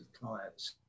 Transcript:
clients